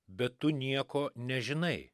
bet tu nieko nežinai